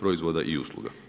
proizvoda i usluga.